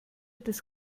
des